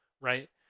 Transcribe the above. right